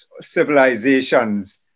civilizations